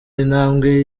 intambwe